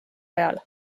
ajal